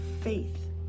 faith